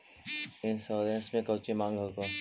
Insurance मे कौची माँग हको?